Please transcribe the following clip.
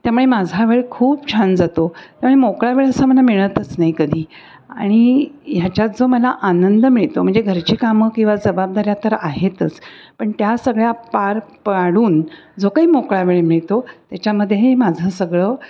त्यामुळे माझा वेळ खूप छान जातो त्यामुळे मोकळा वेळ असा मला मिळतच नाही कधी आणि ह्याच्यात जो मला आनंद मिळतो म्हणजे घरची कामं किंवा जबाबदाऱ्या तर आहेतच पण त्या सगळ्या पार पाडून जो काही मोकळा वेळ मिळतो त्याच्यामध्ये हे माझं सगळं